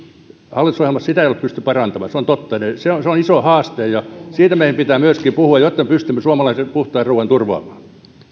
mutta sitä ei ole pystytty parantamaan se on totta se on se on iso haaste ja siitä meidän pitää myöskin puhua jotta pystymme suomalaisen puhtaan ruuan turvaamaan